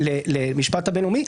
למשפט הבין-לאומי,